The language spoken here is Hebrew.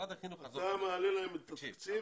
משרד החינוך --- אתה מעלה להם את התקציב